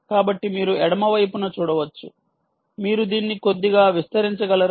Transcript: కాబట్టి మీరు ఎడమ వైపున చూడవచ్చు మీరు దీన్ని కొద్దిగా విస్తరించగలరా